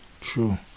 True